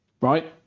Right